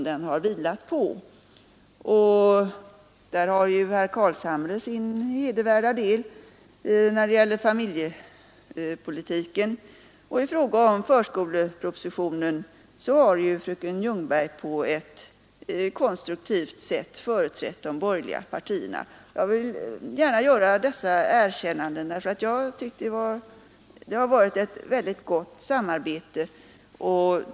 Däri har ju herr Carlshamre sin hedervärda del när det gäller familjepolitiken, och i fråga om förskolepropositionen har fröken Ljungberg på ett konstruktivt sätt företrätt de borgerliga partierna. Jag vill gärna göra dessa erkännanden därför att jag tycker att det har varit ett mycket gott samarbete.